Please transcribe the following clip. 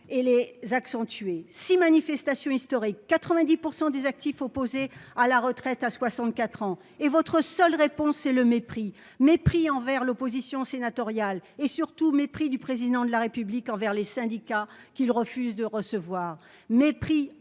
et à les accentuer. Six manifestations historiques, 90 % des actifs opposés à la retraite à 64 ans, et votre seule réponse est le mépris : mépris envers l'opposition sénatoriale, et surtout mépris du Président de la République envers les syndicats, qu'il refuse de recevoir, mépris